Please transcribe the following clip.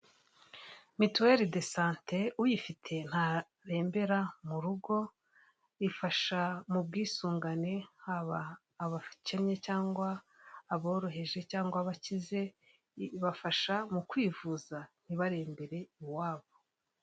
Mituwere de sante uyifite ntarembera mu rugo ifasha mu bwisungane haba abakennye cyangwa aboroheje cyangwa abakize ibafasha mu kwivuza ntibarebere iwabo.